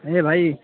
اے بھائی